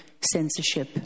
censorship